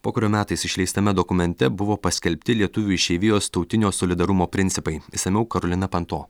pokario metais išleistame dokumente buvo paskelbti lietuvių išeivijos tautinio solidarumo principai išsamiau karolina panto